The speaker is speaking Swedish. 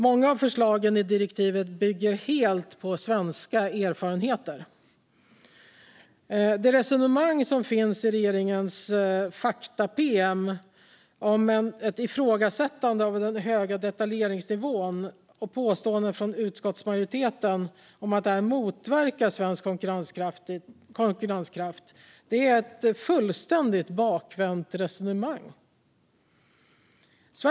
Många av förslagen i direktivet bygger helt på svenska erfarenheter. Det resonemang som finns i regeringens faktapromemoria om ett ifrågasättande av den höga detaljeringsnivån, liksom påståendet från utskottsmajoriteten att detta motverkar svensk konkurrenskraft, är fullständigt bakvänt.